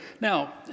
Now